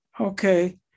Okay